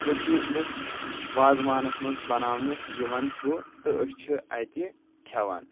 کٔشیر ہٕندس وازٕوانس منٛز بناونہٕ یوان چھُ تہٕ أسۍ چھِ اتہِ کھیوان